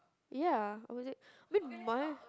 ya was it a bit mild